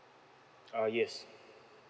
ah yes